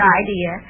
idea